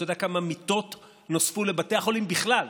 אתה יודע כמה מיטות נוספו לבתי החולים בכלל?